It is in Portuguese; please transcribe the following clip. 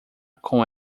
com